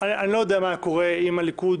אני לא יודע מה היה קורה אם הליכוד